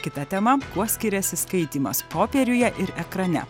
kita tema kuo skiriasi skaitymas popieriuje ir ekrane